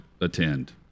attend